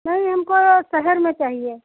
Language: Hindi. नहीं हमको शहर में चाहिए